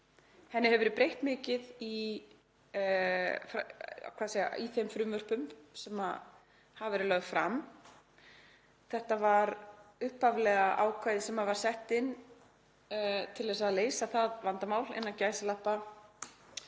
Henni hefur verið breytt mikið í þeim frumvörpum sem hafa verið lögð fram. Þetta var upphaflega ákvæði sem var sett inn til að „leysa“ það vandamál að